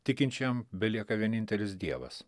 tikinčiajam belieka vienintelis dievas